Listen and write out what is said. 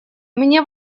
мне